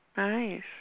Nice